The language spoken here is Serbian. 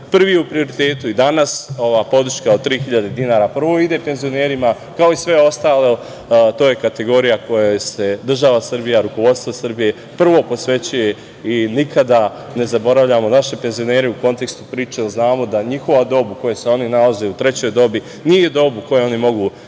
prvi u prioritetu. I danas ova podrška od 3.000 dinara prvo ide penzionerima, kao i sve ostalo. To je kategorija kojoj se država Srbija, rukovodstvo Srbije, prvo posvećuje i nikada ne zaboravljamo naše penzionere u kontekstu priče, jer znamo da njihova dob u kojoj se oni nalaze, u trećoj dobi, nije dob u kojem oni mogu